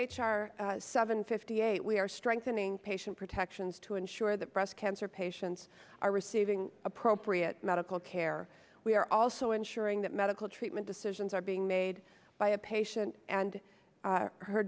r seven fifty eight we are strengthening patient protections to ensure that breast cancer patients are receiving appropriate medical care we are also ensuring that medical treatment decisions are being made by a patient and